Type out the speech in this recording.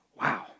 Wow